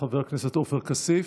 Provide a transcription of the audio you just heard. חבר הכנסת עופר כסיף,